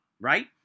right